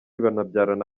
banabyarana